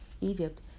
Egypt